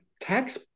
tax